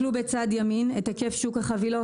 בצד ימין את רואים את היקף שוק החבילות.